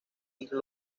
entre